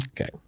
okay